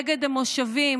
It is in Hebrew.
נגד המושבים,